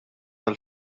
għal